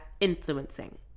influencing